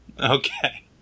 Okay